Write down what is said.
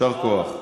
יישר כוח.